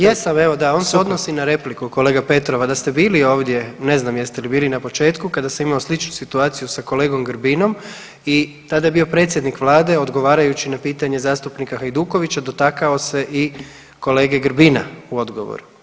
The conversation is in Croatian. Jesam evo da, on se odnosi na repliku kolega Petrov, a da ste bili ovdje, ne znam jeste li bili na početku kada sam imao sličnu situaciju sa kolegom Grbinom i tada je bio predsjednik vlade odgovarajući na pitanje zastupnika Hajdukovića dotakao se i kolege Grbina u odgovoru.